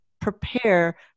prepare